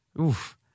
Oof